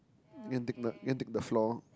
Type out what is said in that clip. you can dig the you can dig the floor